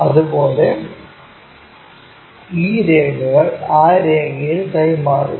അതുപോലെ ഈ രേഖകൾ ആ രീതിയിൽ കൈമാറുക